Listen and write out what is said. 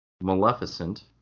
Maleficent